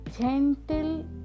gentle